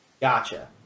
Gotcha